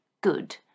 good